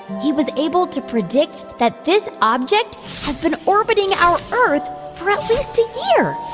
he was able to predict that this object has been orbiting our earth for at least a year,